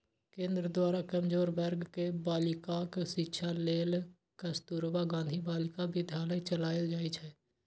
केंद्र द्वारा कमजोर वर्ग के बालिकाक शिक्षा लेल कस्तुरबा गांधी बालिका विद्यालय चलाएल जाइ छै